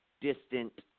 distant